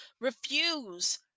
refuse